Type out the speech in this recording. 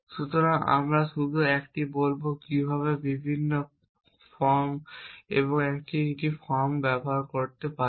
সুতরাং আমরা শুধু একটি বলব কিভাবে বিভিন্ন কর্ম এবং এই এক ব্যবহার করতে হবে